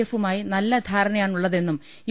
എഫുമായി നല്ല ധാരണയാണുള്ളതെന്നും യു